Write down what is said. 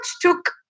took